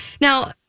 now